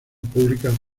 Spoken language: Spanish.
públicas